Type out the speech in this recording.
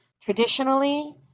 Traditionally